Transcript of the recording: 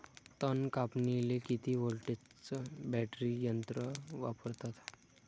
तन कापनीले किती व्होल्टचं बॅटरी यंत्र वापरतात?